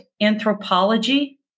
anthropology